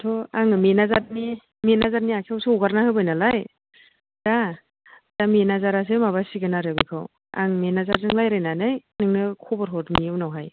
दाथ' आङो मेनाजारनि मेनाजारनि आखायावसो हगारनानै होबायनालायदा दा मेनाजारासो माबासिगोन आरो बेखौ आं मेनाजारजों राज्लायनानै नोंनो खबर हरनि उनावहाय